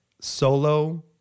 solo